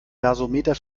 gasometer